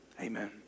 amen